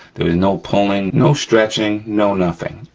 there was no pulling, no stretching, no nothing,